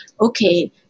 okay